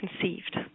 conceived